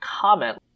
comment